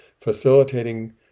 Facilitating